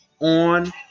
on